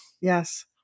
Yes